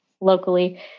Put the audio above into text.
locally